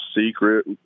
secret